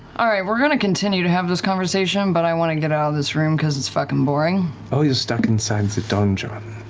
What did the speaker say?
all right, we're going to continue to have this conversation, but i want to get out of this room because it's fucking boring. matt oh, you're stuck inside the donjon.